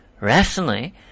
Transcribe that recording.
rationally